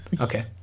Okay